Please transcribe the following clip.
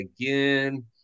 again